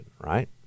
right